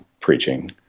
preaching